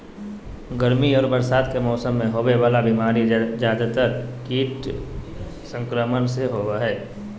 गर्मी और बरसात के मौसम में होबे वला बीमारी ज्यादातर कीट संक्रमण से होबो हइ